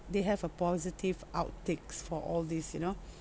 they have a positive outtakes for all these you know